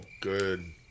good